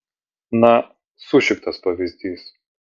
na sušiktas pavyzdys